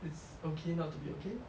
it's okay not to be okay